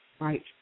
Right